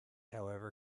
however